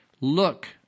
look